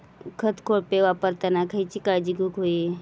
खत कोळपे वापरताना खयची काळजी घेऊक व्हयी?